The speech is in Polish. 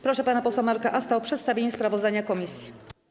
Proszę pana posła Marka Asta o przedstawienie sprawozdania komisji.